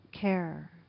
care